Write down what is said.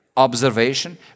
observation